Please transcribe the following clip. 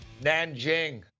Nanjing